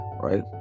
Right